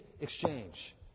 exchange